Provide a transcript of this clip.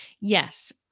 Yes